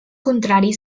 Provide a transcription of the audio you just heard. contrari